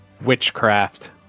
Witchcraft